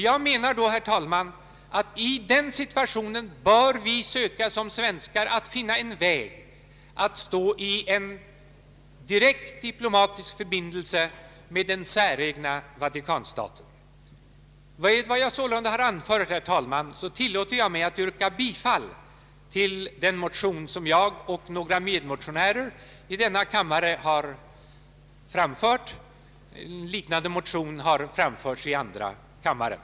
Jag anser att vi svenskar bör söka finna en väg till direkt diplomatisk förbindelse med den säregna Vatikanstaten. Med vad jag sålunda har anfört, herr talman, tillåter jag mig att yrka bifall till den motion som jag tillsammans med några medmotionärer har väckt i denna kammare. En liknande motion har framförts i andra kammaren.